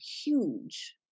huge